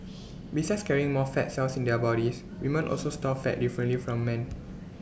besides carrying more fat cells in their bodies women also store fat differently from men